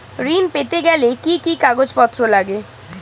ঋণ পেতে গেলে কি কি কাগজপত্র লাগে?